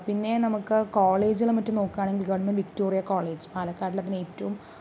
പിന്നെ നമുക്ക് കോളേജുകളും മറ്റും നോക്കുകയാണെങ്കില് ഗവണ്മെന്റ് വിക്ടോറിയ കോളേജ് പാലക്കാടില് അതിനു ഏറ്റവും